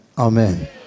Amen